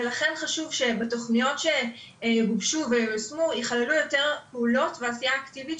לכן חשוב שהתוכניות שגובשו ויושמו יכללו יותר פעולות ועשייה אקטיבית,